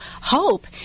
hope